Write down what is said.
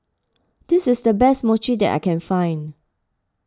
this is the best Mochi that I can find